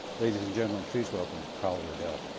ladies and gentlemen, please welcome carl ah and